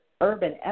urban